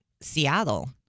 Seattle